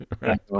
right